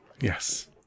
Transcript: Yes